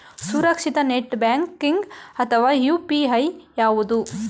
ಸುರಕ್ಷಿತ net banking ಅಥವಾ UPI ಯಾವುದು?